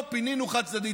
לא פינינו חד-צדדית.